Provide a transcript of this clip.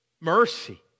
Mercy